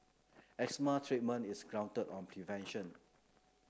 asthma treatment is grounded on prevention